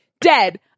Dead